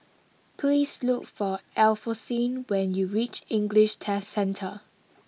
please look for Alphonsine when you reach English Test Centre